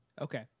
Okay